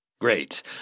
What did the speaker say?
Great